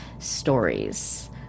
stories